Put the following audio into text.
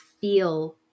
feel